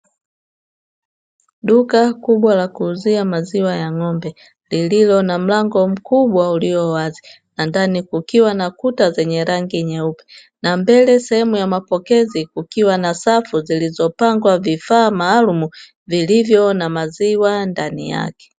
Duka kubwa la kuuzia maziwa ya ng'ombe lililo na mlango mkubwa ulio wazi, na ndani kukiwa na kuta zenye rangi nyeupe na mbele sehemu ya mapokezi kukiwa na safu zilizopangwa vifaa maalumu vilivyo na maziwa ndani yake.